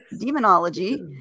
demonology